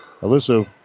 Alyssa